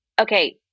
Okay